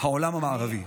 העולם המערבי.